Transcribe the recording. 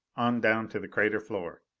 on down to the crater floor.